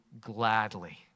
gladly